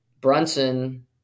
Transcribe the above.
Brunson